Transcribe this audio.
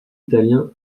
italien